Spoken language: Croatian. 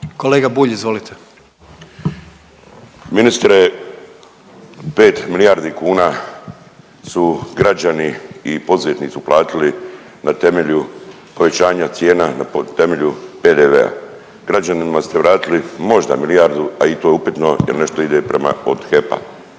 **Bulj, Miro (MOST)** Ministre 5 milijardi kuna su građani i poduzetnici uplatiti na temelju povećanja cijena, na temelju PDV-a. Građanima ste vratili možda milijardu, a i to je upitno jer nešto ide prema od HEP-a.